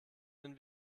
den